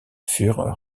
furent